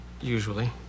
usually